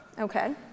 Okay